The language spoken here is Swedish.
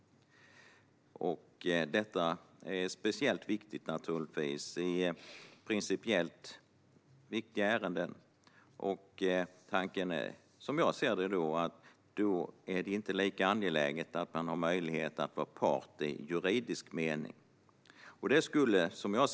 Detta är naturligtvis speciellt viktigt i principiellt viktiga ärenden. Tanken är, som jag ser det, att möjligheten att vara part i juridisk mening då inte är lika angelägen.